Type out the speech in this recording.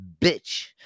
Bitch